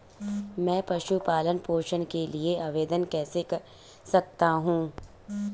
मैं पशु पालन पोषण के लिए आवेदन कैसे कर सकता हूँ?